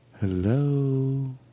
hello